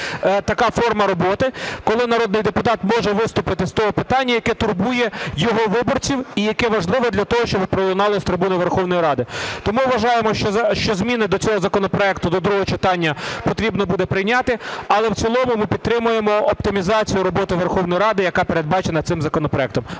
така форма роботи, коли народний депутат може виступити з того питання, яке турбує його виборців і яке важливе для того, щоби пролунало з трибуни Верховної Ради. Тому вважаємо, що зміни до цього законопроекту до другого читання потрібно буде прийняти. Але в цілому ми підтримуємо оптимізацію роботи Верховної Ради, яка передбачена цим законопроектом.